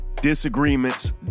disagreements